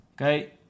Okay